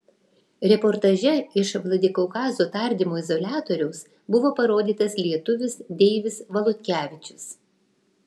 reportaže iš vladikaukazo tardymo izoliatoriaus buvo parodytas lietuvis deivis valutkevičius